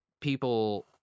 people